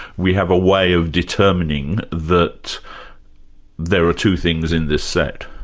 we have a way of determining that there are two things in this set?